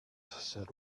said